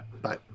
Bye